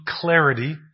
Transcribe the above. clarity